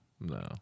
No